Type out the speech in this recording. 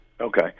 Okay